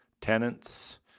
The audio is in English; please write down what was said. tenants